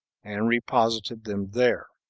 and reposited them there.